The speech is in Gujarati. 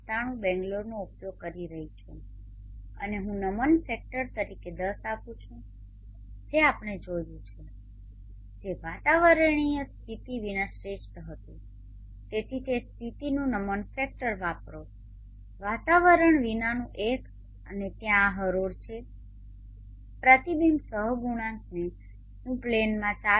97 બેંગ્લોરનો ઉપયોગ કરી રહ્યો છું અને હું નમન ફેક્ટર તરીકે 10 આપું છું જે આપણે જોયું છે જે વાતાવરણીય સ્થિતિ વિના શ્રેષ્ઠ હતું તેથી તે સ્થિતિનુ નમન ફેક્ટર વાપરો વાતાવરણ વિનાનું એક અને ત્યાં આ હરોળ છે પ્રતિબિંબ સહગુણાંકને હું પ્લેનમાં 0